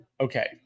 Okay